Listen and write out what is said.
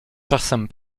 czasem